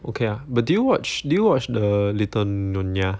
okay ah but do you watch do you watch the little nonya